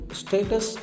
status